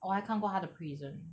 我还看过他的 prison